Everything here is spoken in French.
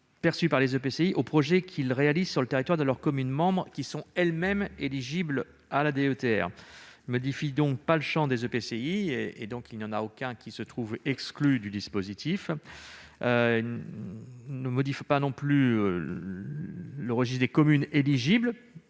perçue par les EPCI aux projets que ces derniers réalisent sur le territoire de leurs communes membres qui sont elles-mêmes éligibles à la DETR. On ne modifie pas le champ des EPCI et, donc, aucun ne se trouve exclu du dispositif. On ne modifie pas non plus le registre des communes éligibles,